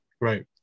Right